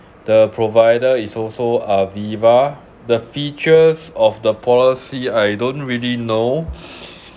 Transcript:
the provider is also AVIVA the features of the policy I don't really know